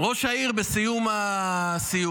בסיום הסיור.